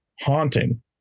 haunting